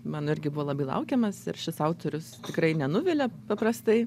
man irgi buvo labai laukiamas ir šis autorius tikrai nenuvilia paprastai